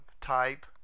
type